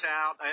out